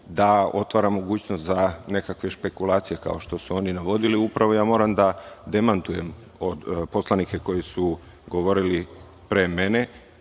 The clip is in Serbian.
da otvara mogućnost za nekakve špekulacije kao što su oni navodili. Ja moram da demantujem poslanike koji su govorili pre mene